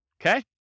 Okay